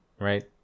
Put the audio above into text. right